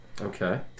Okay